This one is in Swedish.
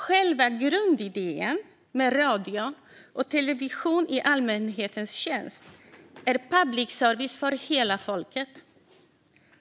Själva grundidén med radio och television i allmänhetens tjänst är public service för hela folket.